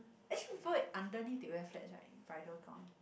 actually before it underneath they wear flats right bridal gown